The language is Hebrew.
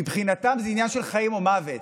מבחינתם זה עניין של חיים או מוות.